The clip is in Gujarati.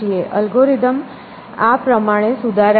અલ્ગોરિધમ આ પ્રમાણે સુધારાય છે